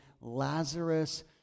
Lazarus